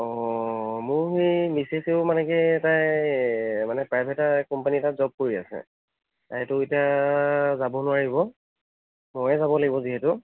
অ মোৰ এই মিছেছেও মানে কি এটা এ মানে প্ৰাইভেট কোম্পানী এটাত জব কৰি আছে তাইটো এতিয়া যাব নোৱাৰিব ময়েই যাব লাগিব যিহেতু